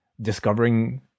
discovering